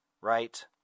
right